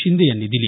शिंदे यांनी दिली